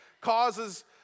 causes